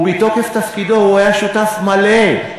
ומתוקף תפקידו הוא היה שותף מלא,